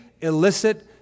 illicit